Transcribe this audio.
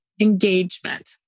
engagement